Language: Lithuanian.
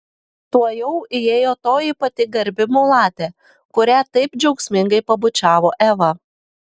tuojau įėjo toji pati garbi mulatė kurią taip džiaugsmingai pabučiavo eva